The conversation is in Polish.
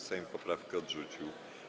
Sejm poprawkę odrzucił.